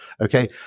okay